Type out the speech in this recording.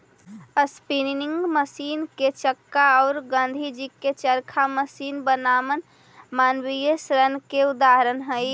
spinning machine के चक्का औ गाँधीजी के चरखा मशीन बनाम मानवीय श्रम के उदाहरण हई